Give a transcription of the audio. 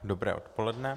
Dobré odpoledne.